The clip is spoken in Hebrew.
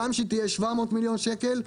גם אם תהיה 700 מיליון שקל,